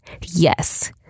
Yes